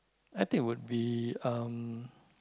I think would be um